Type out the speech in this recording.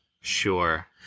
Sure